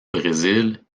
brésil